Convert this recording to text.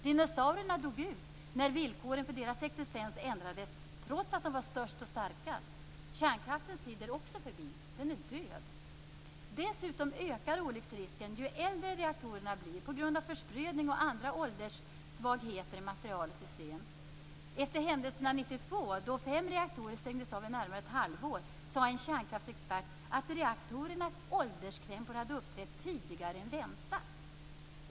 Dinosaurierna dog ut när villkoren för deras existens ändrades, trots att de var störst och starkast. Kärnkraftens tid är också förbi. Den är död. Dessutom ökar olycksrisken ju äldre reaktorerna blir på grund av försprödning och andra ålderssvagheter i material och system. Efter händelserna 1992, då fem reaktorer stängdes av i närmare ett halvår, sade en kärnkraftsexpert att reaktorernas ålderskrämpor hade uppträtt tidigare än väntat.